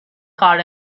car